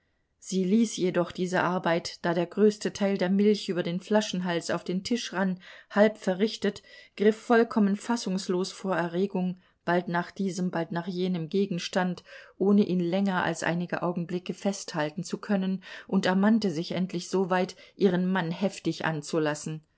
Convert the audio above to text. sie ließ jedoch diese arbeit da der größte teil der milch über den flaschenhals auf den tisch rann halb verrichtet griff vollkommen fassungslos vor erregung bald nach diesem bald nach jenem gegenstand ohne ihn länger als einige augenblicke festhalten zu können und ermannte sich endlich soweit ihren mann heftig anzulassen